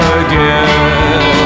again